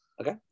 Okay